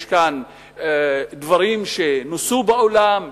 יש כאן דברים שנוסו בעולם,